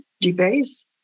debase